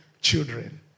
children